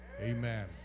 Amen